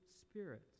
Spirit